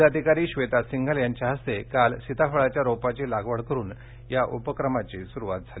जिल्हाधिकारी श्वेता सिंघल यांच्या हस्ते काल सिताफळाच्या रोपाची लागवड करुन या उपक्रमाची सुरुवात झाली